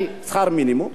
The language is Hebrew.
בשכר מינימום,